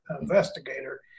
investigator